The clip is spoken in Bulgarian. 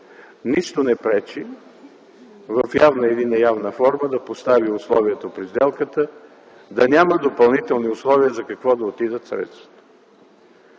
нищо не пречи в явна или в неявна форма да постави условия при сделката да няма допълнителни условия за какво да отидат средствата.